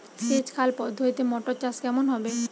সেচ খাল পদ্ধতিতে মটর চাষ কেমন হবে?